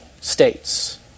states